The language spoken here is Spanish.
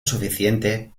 suficiente